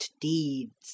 deeds